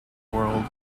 world